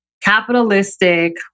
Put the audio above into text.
capitalistic